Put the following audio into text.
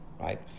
right